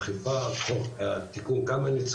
האכיפה חוק תיקון קמיניץ,